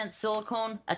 silicone